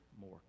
more